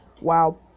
Wow